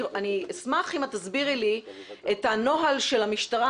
אשמח אם תסבירי לי את הנוהל של המשטרה,